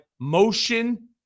motion